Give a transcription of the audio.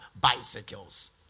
bicycles